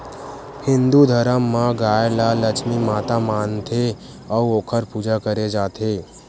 हिंदू धरम म गाय ल लक्छमी माता मानथे अउ ओखर पूजा करे जाथे